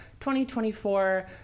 2024